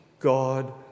God